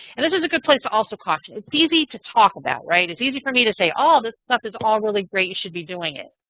and this is a good place to also caution. it's easy to talk about, right? it's easy for me to say, oh, this stuff is all really great. you should be doing it.